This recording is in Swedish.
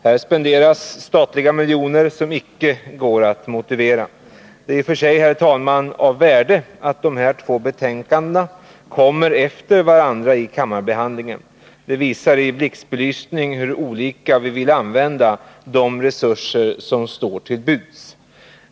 Här spenderas statliga miljoner som icke går att motivera. Det är i och för sig, herr talman, av värde att dessa två betänkanden behandlas efter varandra i kammaren. Det visar i blixtbelysning hur olika vi vill använda de resurser som står till buds.